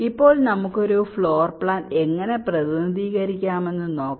ഇപ്പോൾ നമുക്ക് ഒരു ഫ്ലോർ പ്ലാൻ എങ്ങനെ പ്രതിനിധീകരിക്കാമെന്ന് നോക്കാം